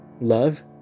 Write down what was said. love